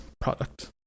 product